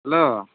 hello